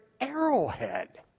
arrowhead